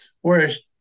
whereas